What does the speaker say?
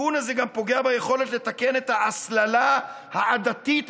התיקון הזה פוגע ביכולת לתקן את ההסללה העדתית-מעמדית.